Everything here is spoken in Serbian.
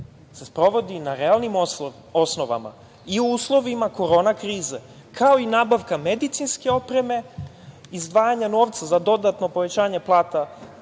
se sprovode na realnim osnovama i u uslovima korona krize, kao i nabavka medicinske opreme, izdvajanja novca za dodatno povećanje plata